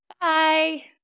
Bye